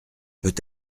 peut